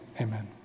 Amen